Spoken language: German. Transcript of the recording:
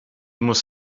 muss